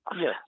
Yes